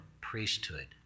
priesthood